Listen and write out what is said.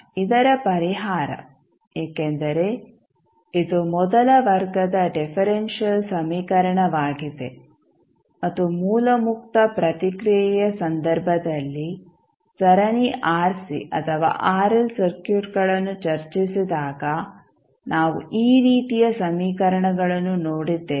ಈಗ ಇದರ ಪರಿಹಾರ ಏಕೆಂದರೆ ಇದು ಮೊದಲ ವರ್ಗದ ಡಿಫರೆಂಶಿಯಲ್ ಸಮೀಕರಣವಾಗಿದೆ ಮತ್ತು ಮೂಲ ಮುಕ್ತ ಪ್ರತಿಕ್ರಿಯೆಯ ಸಂದರ್ಭದಲ್ಲಿ ಸರಣಿ ಆರ್ಸಿ ಅಥವಾ ಆರ್ಎಲ್ ಸರ್ಕ್ಯೂಟ್ಗಳನ್ನು ಚರ್ಚಿಸಿದಾಗ ನಾವು ಈ ರೀತಿಯ ಸಮೀಕರಣಗಳನ್ನು ನೋಡಿದ್ದೇವೆ